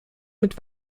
mit